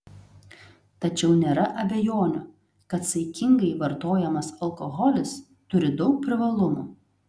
tačiau nėra abejonių kad saikingai vartojamas alkoholis turi daug privalumų